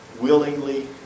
willingly